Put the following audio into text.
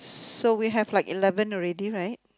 so we have like eleven already right